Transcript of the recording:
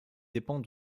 dépend